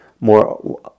more